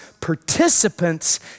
participants